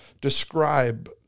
describe